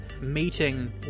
meeting